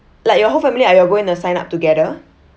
like your whole family are you all going to sign up together